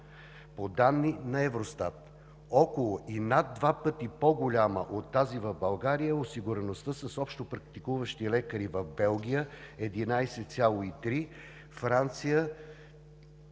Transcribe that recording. По данни на „Евростат“ около и над два пъти по-голяма от тази в България е осигуреността с общопрактикуващи лекари в Белгия – 11,3; Франция